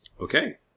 Okay